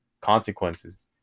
consequences